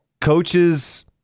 coaches